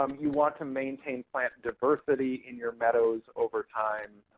um you want to maintain plant diversity in your meadows over time,